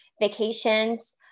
vacations